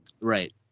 right